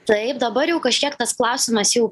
taip dabar jau kažkiek tas klausimas jau